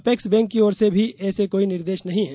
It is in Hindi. अपेक्स बैंक की ओर से भी ऐसे कोई निर्देश नहीं हैं